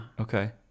Okay